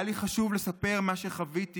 היה לי חשוב לספר מה שחוויתי,